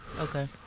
Okay